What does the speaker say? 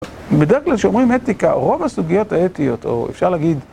בדרך כלל שאומרים אתיקה, רוב הסוגיות האתיות או אפשר להגיד